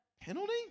Penalty